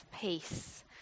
peace